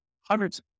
hundreds